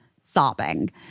sobbing